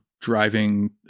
driving